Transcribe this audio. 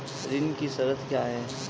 ऋण की शर्तें क्या हैं?